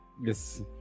Yes